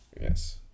Yes